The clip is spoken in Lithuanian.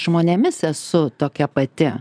žmonėmis esu tokia pati